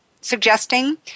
suggesting